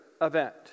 event